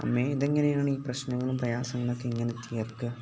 അമ്മേ ഇതെങ്ങനെയാണ് ഈ പ്രശ്നങ്ങളും പ്രയാസങ്ങളൊക്കെ എങ്ങനെ തീർക്കുക